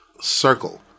circle